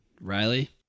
Riley